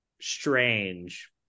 strange